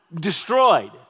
destroyed